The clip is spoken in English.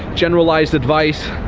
generalized advice.